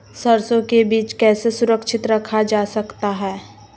सरसो के बीज कैसे सुरक्षित रखा जा सकता है?